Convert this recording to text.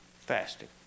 Fasting